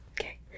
Okay